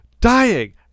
dying